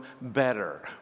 better